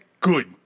good